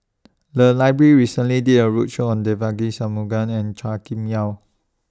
The Library recently did A roadshow on Devagi Sanmugam and Chua Kim Yeow